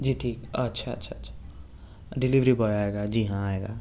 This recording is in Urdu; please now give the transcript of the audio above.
جی ٹھیک اچھا اچھا اچھا ڈلیوری بوائے آئے گا جی ہاں آئے گا